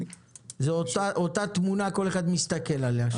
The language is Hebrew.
זו אותה תמונה, כל אחד מסתכל עליה.